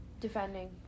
Defending